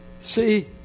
See